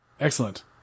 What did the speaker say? Excellent